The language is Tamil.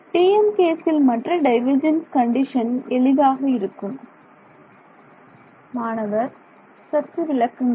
TM கேசில் மற்ற டைவர்ஜென்ஸ் கண்டிஷன் எளிதாக இருக்கும் மாணவர் சற்று விளக்குங்கள்